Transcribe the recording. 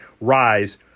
rise